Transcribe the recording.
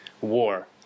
war